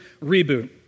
reboot